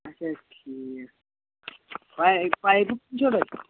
اچھا ٹھیٖک پاۍ پایپہٕ کٕم چھَو تۄہہِ